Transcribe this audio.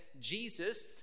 Jesus